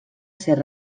ser